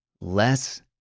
Less